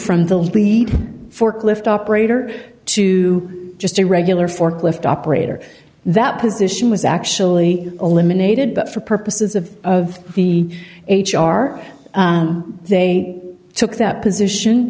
from the lead forklift operator to just a regular forklift operator that position was actually eliminated but for purposes of of the h r they took that position